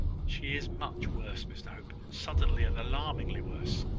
she is much worse, mr hope suddenly and alarmingly worse.